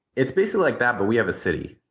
it's basically like that, but we have a city.